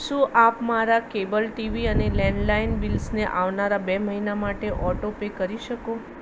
શું આપ મારા કેબલ ટીવી અને લેન્ડલાઈન બિલ્સને આવનારા બે મહિના માટે ઓટોપે કરી શકો